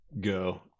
go